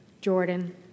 Jordan